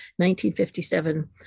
1957